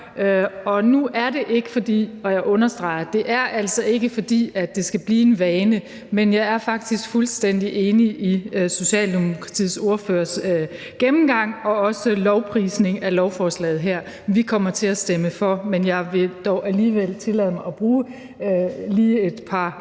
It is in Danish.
her. Jeg vil gerne understrege, at det altså ikke er, fordi det skal blive en vane, men jeg er faktisk fuldstændig enig i Socialdemokratiets ordførers gennemgang og også lovprisning af lovforslaget her. Vi kommer til at stemme for, men jeg vil dog alligevel tillade mig at bruge et par ord på at